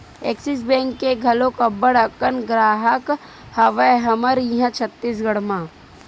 Axis bank के घलोक अब्बड़ अकन गराहक हवय हमर इहाँ छत्तीसगढ़ म